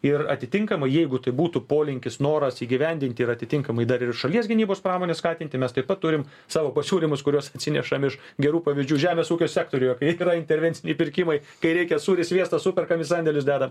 ir atitinkamai jeigu tai būtų polinkis noras įgyvendinti ir atitinkamai dar ir šalies gynybos pramonę skatinti mes taip pat turim savo pasiūlymus kuriuos atsinešam iš gerų pavyzdžių žemės ūkio sektoriuje kai yra intervenciniai pirkimai kai reikia sūris sviestas superkam į sandėlius dedam